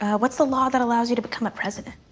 what's the law that allows you to become a president?